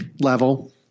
level